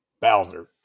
Bowser